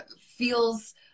feels